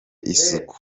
isuku